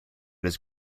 his